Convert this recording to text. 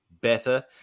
better